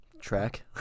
track